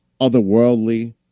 otherworldly